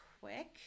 quick